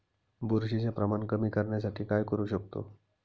बुरशीचे प्रमाण कमी करण्यासाठी काय करू शकतो?